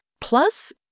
Plus